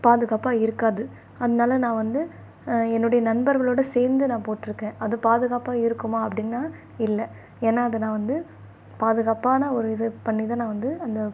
பாதுகாப்பாக இருக்காது அதனால நான் வந்து என்னுடைய நண்பர்களோட சேர்ந்து நான் போட்டிருக்கேன் அது பாதுகாப்பாக இருக்குமா அப்படின்னா இல்லை ஏன்னா அது நான் வந்து பாதுகாப்பான ஒரு இது பண்ணிதான் நான் வந்து அந்த